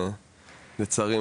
לצערי,